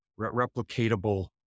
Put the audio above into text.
replicatable